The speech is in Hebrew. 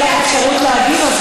תהיה לך אפשרות להגיב,